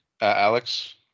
Alex